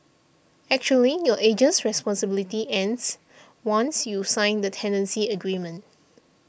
actually your agent's responsibilities ends once you sign the tenancy agreement